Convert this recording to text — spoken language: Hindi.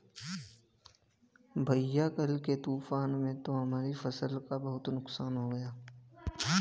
भैया कल के तूफान में तो हमारा फसल का बहुत नुकसान हो गया